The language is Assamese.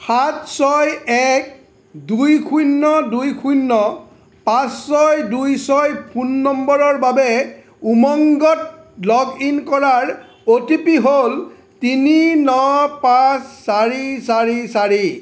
সাত ছয় এক দুই শূন্য দুই শূন্য পাঁচ ছয় দুই ছয় ফোন নম্বৰৰ বাবে উমংগত লগ ইন কৰাৰ অ'টিপি হ'ল তিনি ন পাঁচ চাৰি চাৰি চাৰি